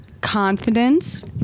confidence